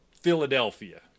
philadelphia